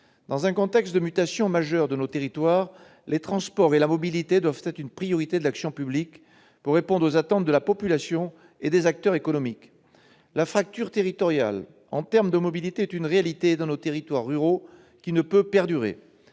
Dans un contexte de mutations majeures de nos territoires, les transports et la mobilité doivent être une priorité de l'action publique, afin de répondre aux attentes de la population et des acteurs économiques. La fracture territoriale en termes de mobilité est, dans nos territoires ruraux, une réalité qui ne peut perdurer.